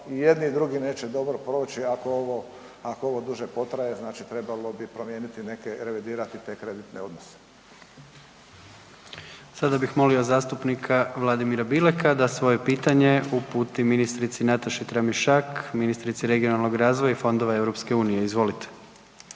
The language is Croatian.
jedni ni drugi neće dobro proći ako ovo duže potraje, znači trebalo bi promijeniti neke, revidirate te kreditne odnose. **Jandroković, Gordan (HDZ)** Sada bih molio zastupnika Vladimira Bileka da svoje pitanje uputi ministrici Nataši Tramišak, ministrici regionalnog razvoja i fondova EU, izvolite.